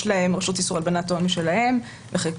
יש להם רשות איסור הלבנת הון משלהם וחקיקת